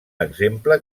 exemple